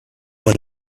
one